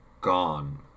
gone